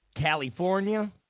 California